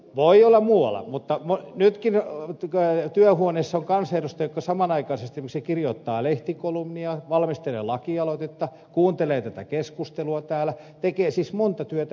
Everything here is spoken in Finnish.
voi olla muualla mutta nytkin työhuoneissa on kansanedustajia jotka samanaikaisesti esimerkiksi kirjoittavat lehtikolumnia valmistelevat lakialoitetta kuuntelevat tätä keskustelua täällä tekevät siis monta työtä yhtä aikaa